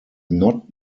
not